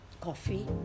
Coffee